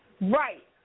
Right